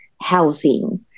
housing